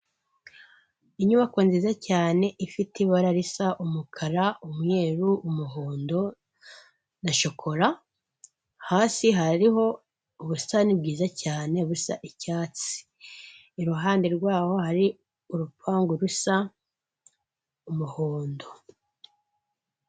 Inyubako nziza cyane ifite ibara risa umukara, umweru, umuhondo na shokora. Hasi hariho ubusitani bwiza cyane busa icyatsi. Iruhande rwaho hari urupangu rusa umuhondo.